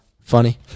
funny